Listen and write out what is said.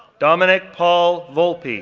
dominic paul volpe, yeah